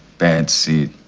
bad seed.